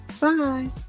Bye